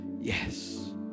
yes